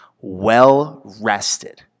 well-rested